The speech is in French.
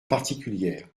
particulière